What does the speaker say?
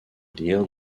lire